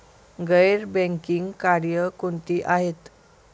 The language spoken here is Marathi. गैर बँकिंग कार्य कोणती आहेत?